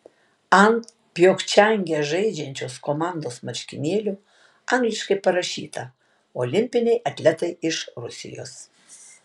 ant pjongčange žaidžiančios komandos marškinėlių angliškai parašyta olimpiniai atletai iš rusijos